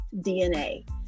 DNA